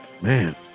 Man